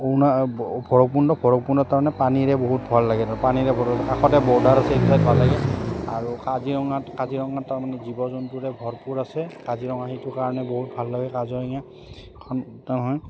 অৰুণা ভৈৰৱকুণ্ড ভৈৰৱকুণ্ডত তাৰমানে পানীৰে বহুত ভাল লাগে পানীৰে বৰ কাষতে বৰ্ডাৰ আছে এই চাই ভাল লাগে আৰু কাজিৰঙাত কাজিৰঙাত তাৰমানে জীৱ জন্তুৰে ভৰপূৰ আছে কাজিৰঙা সেইটো কাৰণে বহুত ভাল লাগে কাজিৰঙাখন হয়